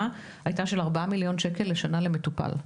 הייתה ארבעה מיליון שקל לשנה למטופל.